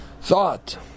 Thought